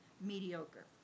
mediocre